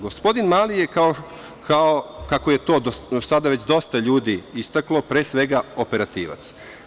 Gospodin Mali je, kako je to do sada već dosta ljudi istaklo, pre svega operativac.